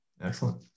excellent